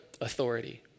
authority